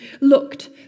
looked